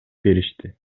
беришти